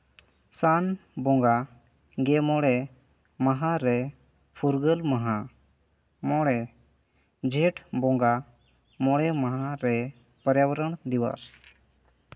ᱥᱟᱱ ᱵᱚᱸᱜᱟ ᱜᱮ ᱢᱚᱬᱮ ᱢᱟᱦᱟ ᱨᱮ ᱯᱷᱩᱨᱜᱟᱹᱞ ᱢᱟᱦᱟ ᱢᱚᱬᱮ ᱡᱷᱮᱸᱴ ᱵᱚᱸᱜᱟ ᱢᱚᱬᱮ ᱢᱟᱦᱟ ᱨᱮ ᱯᱚᱨᱭᱟᱵᱚᱨᱚᱱ ᱫᱤᱵᱚᱥ